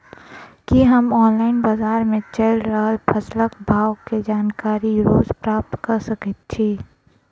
की हम ऑनलाइन, बजार मे चलि रहल फसलक भाव केँ जानकारी रोज प्राप्त कऽ सकैत छी?